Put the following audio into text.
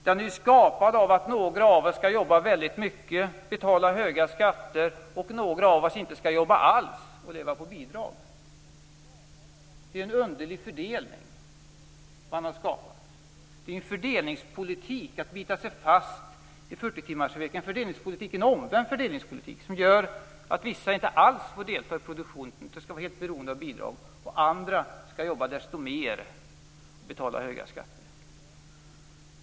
Den är skapad av att några av oss skall jobba väldigt mycket och betala höga skatter, medan några av oss inte skall jobba alls utan leva på bidrag. Det är en underlig fördelning man har skapat. Den är en omvänd fördelningspolitik att bita sig fast vid 40 timmarsveckan, och det gör att vissa inte alls får delta i produktionen utan skall vara helt beroende av bidrag, medan andra skall jobba desto mer och betala höga skatter.